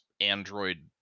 Android